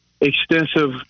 extensive